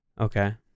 Okay